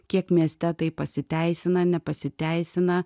kiek mieste tai pasiteisina nepasiteisina